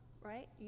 right